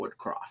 Woodcroft